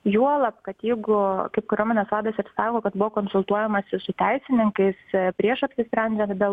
juolab kad jeigu kaip kariuomenės vadas akcentavo kad buvo konsultuojamasi su teisininkais prieš apsisprendžiant dėl